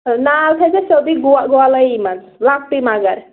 نال تھٲوِزٮ۪س سیوٚدُے گول گولٲیی منٛز لۅکٹُے مگر